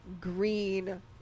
green